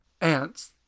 ants